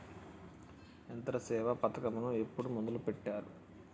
యంత్రసేవ పథకమును ఎప్పుడు మొదలెట్టారు?